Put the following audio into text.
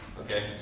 Okay